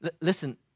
Listen